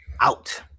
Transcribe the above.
out